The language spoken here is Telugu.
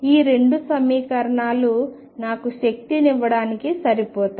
ఈ రెండు సమీకరణాలు నాకు శక్తిని ఇవ్వడానికి సరిపోతాయి